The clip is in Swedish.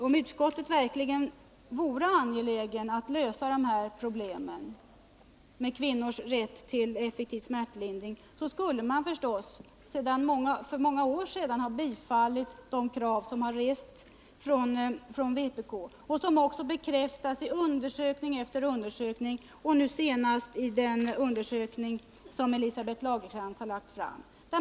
Om utskottet verkligen vore angeläget att lösa problemet med kvinnors rätt till effektiv smärtlindring vid förlossning skulle man förstås för många år sedan ha biträtt de krav som rests från vpk. Deras riktighet bekräftas i undersökning efter undersökning, senast i den som Elisabeth Lagercrantz har lagt fram.